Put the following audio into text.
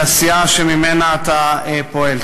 לסיעה שממנה אתה פועל.